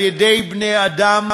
על-ידי בני-אדם,